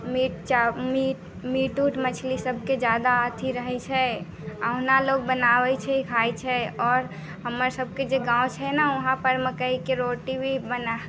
meat चावल meat उट मछली सबके ज्यादा अथी रहै छै आओर ओहुना लोक बनाबै छै खाइ छै आओर हमर सबके जे गाँव छै ने वहाँपर मकइके रोटी भी बना